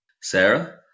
Sarah